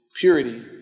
purity